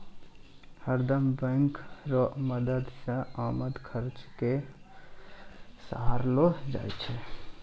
हरदम बैंक रो मदद से आमद खर्चा के सम्हारलो जाय छै